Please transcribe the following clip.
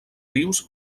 rius